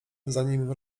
zanim